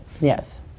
Yes